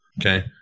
okay